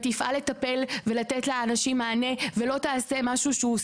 ותפעל לטפל ולתת לאנשים מענה ולא תעשה משהו שהוא,